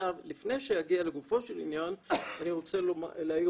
לפני שאגיע לגופו של עניין אני רוצה להעיר